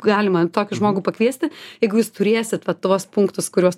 galima tokį žmogų pakviesti jeigu jūs turėsit va tuos punktus kuriuos